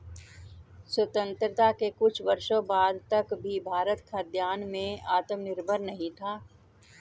स्वतंत्रता के कुछ वर्षों बाद तक भी भारत खाद्यान्न में आत्मनिर्भर नहीं था